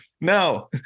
No